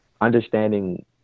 understanding